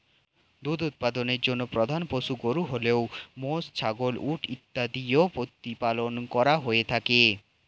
দুধ উৎপাদনের জন্য প্রধান পশু গরু হলেও মোষ, ছাগল, উট ইত্যাদিও প্রতিপালন করা হয়ে থাকে